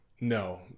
no